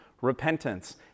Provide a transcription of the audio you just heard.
repentance